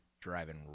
Driving